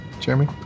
Jeremy